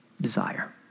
desire